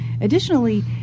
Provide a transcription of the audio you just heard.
additionally